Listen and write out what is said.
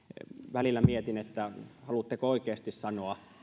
välillä mietin haluatteko oikeasti sanoa